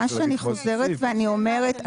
מה שאני חוזרת ואני אומרת,